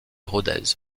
rodez